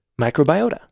microbiota